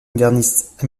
moderniste